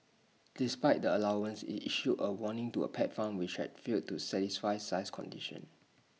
despite the allowance IT issued A warning to A pet farm which had failed to satisfy size conditions